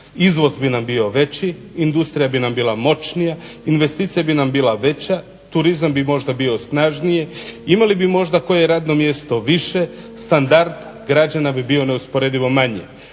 izvoz bi nam bio veći, industrija bi nam bila moćnija investicija bi nam bila veća, turizam bi možda bio snažniji, imali bi možda koje radno mjesto više, standard građana bi bio možda neusporedivo manji,